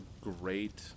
great